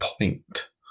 point